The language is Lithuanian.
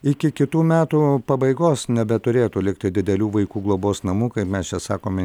iki kitų metų pabaigos nebeturėtų likti didelių vaikų globos namų kaip mes čia sakome